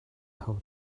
tho